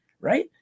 Right